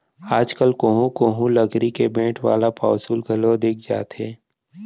आज कल कोहूँ कोहूँ लकरी के बेंट वाला पौंसुल घलौ दिख जाथे